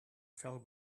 fell